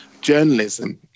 journalism